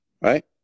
right